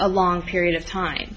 a long period of time